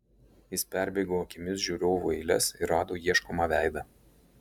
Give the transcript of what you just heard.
jis perbėgo akimis žiūrovų eiles ir rado ieškomą veidą